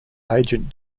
agent